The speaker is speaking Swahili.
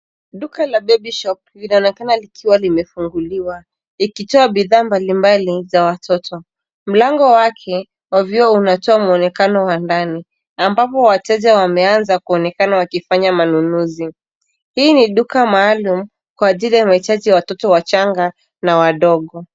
Duka la baby shop linaonekana likiwa limefunguliwa. Likitoa bidhaa mbalimbali za watoto. Mlango wake wa vioo unatoa mwonekano wa ndani ambapo wateja wameanza kuonekana wakifanya manunuzi. Hii ni duka maalum kwa ajili ya mahitaji ya watoto wachanga na wadogo.